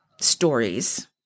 stories